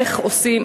איך עושים,